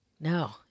no